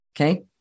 Okay